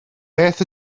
beth